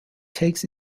takes